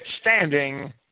standing